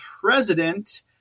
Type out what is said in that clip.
President